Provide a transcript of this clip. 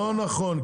לא נכון,